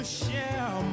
share